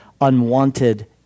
unwanted